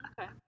Okay